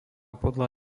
podľa